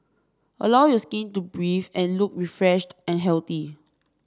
allow your skin to breathe and look refreshed and healthy